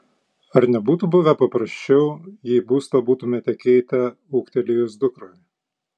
ar nebūtų buvę paprasčiau jei būstą būtumėte keitę ūgtelėjus dukrai